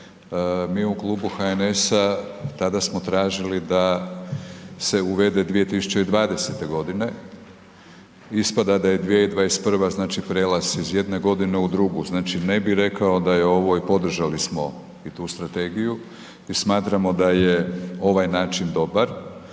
mi u Klubu HNS-a tada smo tražili da se uvede 2020. godine. Ispada da je 2021. znači prijelaz iz jedne godine u drugu, znači ne bi rekao da je ovoj i podržali smo i tu strategiju i smatramo da je ovaj način dobar,